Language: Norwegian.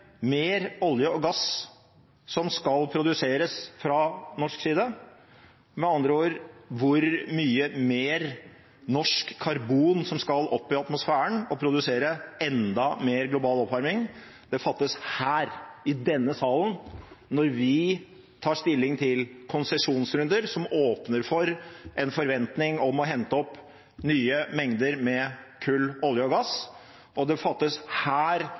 mer norsk karbon som skal opp i atmosfæren og produsere enda mer global oppvarming, fattes her, i denne salen når vi tar stilling til konsesjonsrunder som åpner for en forventning om å hente opp nye mengder kull, olje og gass, og beslutningen fattes her